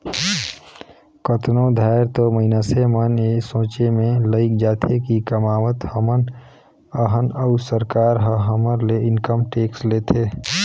कतनो धाएर तो मइनसे मन ए सोंचे में लइग जाथें कि कमावत हमन अहन अउ सरकार ह हमर ले इनकम टेक्स लेथे